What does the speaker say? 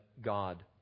God